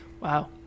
Wow